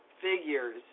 figures